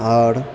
आओर